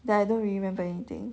that I don't really remember anything